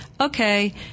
okay